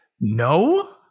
No